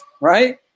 Right